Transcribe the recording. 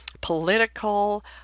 political